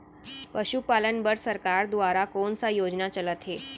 पशुपालन बर सरकार दुवारा कोन स योजना चलत हे?